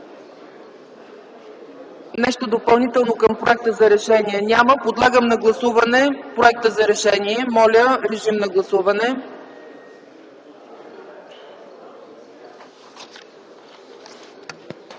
Нещо допълнително към проекта за решение няма. Подлагам на гласуване проекта за решение. Моля, режим на гласуване.